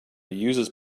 uses